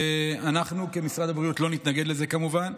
אנחנו כמשרד הבריאות לא נתנגד לזה, כמובן.